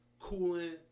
coolant